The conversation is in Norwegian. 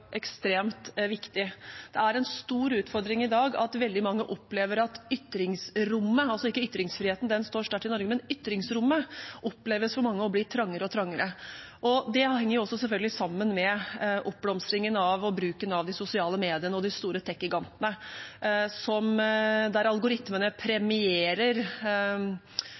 ekstremt viktig. Det er en stor utfordring i dag at veldig mange opplever at ytringsrommet – altså ikke ytringsfriheten, den står sterkt i Norge, men ytringsrommet – blir trangere og trangere. Det henger også selvfølgelig sammen med oppblomstringen og bruken av de sosiale mediene og de store tekgigantene, der algoritmene premierer